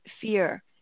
fear